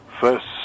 first